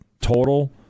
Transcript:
total